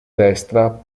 destra